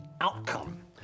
outcome